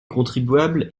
contribuables